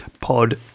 pod